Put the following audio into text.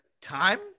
time